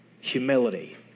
humility